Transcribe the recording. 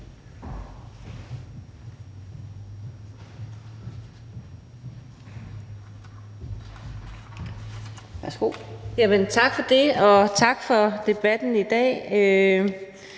Tak for det, og tak for debatten i dag.